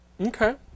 Okay